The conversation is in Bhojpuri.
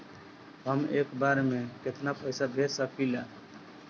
हम एक बार में केतना पैसा भेज सकिला?